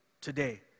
today